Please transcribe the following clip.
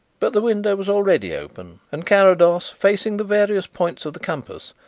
but the window was already open, and carrados, facing the various points of the compass,